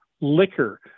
liquor